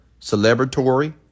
celebratory